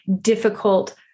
difficult